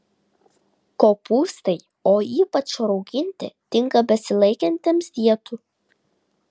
kopūstai o ypač rauginti tinka besilaikantiems dietų